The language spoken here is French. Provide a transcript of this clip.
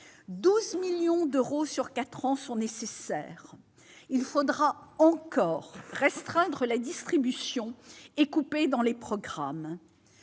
12 millions d'euros sur quatre ans sont nécessaires. Il faudra encore restreindre la distribution et couper dans les programmes.